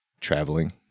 traveling